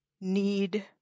need